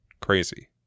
crazy